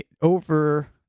over